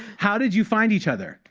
how did you find each other